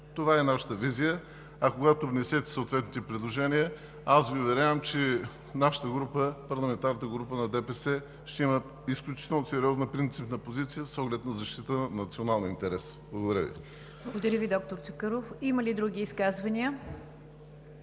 Това е нашата визия, а когато внесете съответните предложения, аз Ви уверявам, че нашата група – парламентарната група на ДПС, ще има изключително сериозна, принципна позиция, с оглед защитата на националния интерес. Благодаря Ви. ПРЕДСЕДАТЕЛ НИГЯР ДЖАФЕР: Благодаря Ви, доктор Чакъров. Има ли други изказвания?